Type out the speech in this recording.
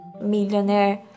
millionaire